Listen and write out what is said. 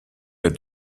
der